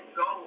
go